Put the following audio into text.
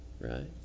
right